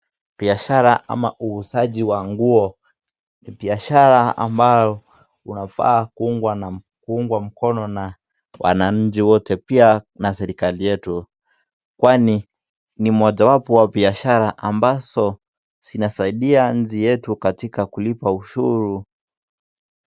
Biashara ama uuzaji wa nguo; biashara ambayo inafaa kuungwa mkono na wananchi wote pia na serikali yetu kwani ni mojawapo ya biashara ambazo zinasaidia nchi yetu katika kulipa ushuru.